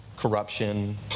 corruption